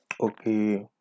okay